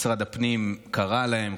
משרד הפנים קרא להן,